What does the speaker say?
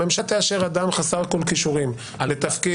הממשלה תאשר אדם חסר כל כישורים לתפקיד.